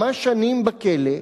כמה שנים בכלא,